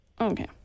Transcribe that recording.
Okay